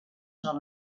són